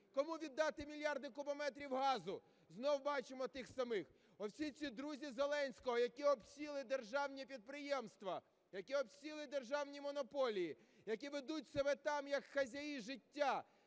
Кому віддати мільярди кубометрів газу? Знову бачимо тих самих. Бо всі ці друзі Зеленського, які обсіли державні підприємства, які обсіли державні монополії, які ведуть себе там, як хазяї життя,